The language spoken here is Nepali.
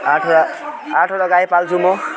आठवटा आठवटा गाई पाल्छु म